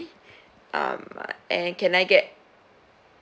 ahmad and can I get